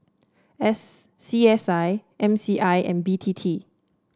S C S I M C I and B T T